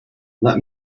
let